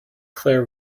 claire